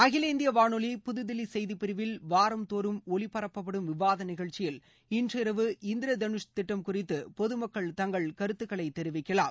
அகில இந்திய வானொலி புதுதில்லி செய்தி பிரிவில் வாரம் தோறும் ஒலிபரப்பப்படும் விவாத நிகழ்ச்சியில் இன்று இரவு இந்திர தனுஷ் திட்டம் குறித்த பொதுமக்கள் தங்கள் கருத்துக்களை தெரிவிக்கலாம்